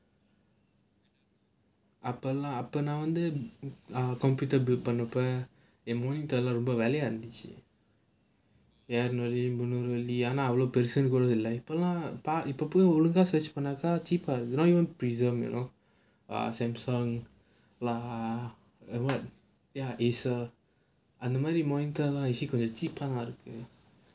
அப்போல்லாம் அப்போ நான் வந்து:appollaam naan vanthu computer built பண்ணப்போ எங்க வீட்டுலலாம் ரொம்ப வேலைய இருந்துச்சு இருநூறு முன்னூறு வெள்ளி எல்லாம் அவ்ளோ பெருசுனு கூட இல்ல இப்போல்லாம் இப்போ போய் முடிஞ்சா:pannappo enga veetulalaam romba velaiya irunthuchchu irunooru munnooru velli ellaam avlo perusunu kuda illa ippollaam ippo poi mudincha search பண்ணாக்க:pannaakkaa cheaper you not even Prism you know ah Samsung lah or what ya Acer அந்த மாதிரி:antha maathiri monitor cheaper தான் இருக்கு:thaan irukku